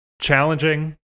challenging